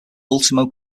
ultimo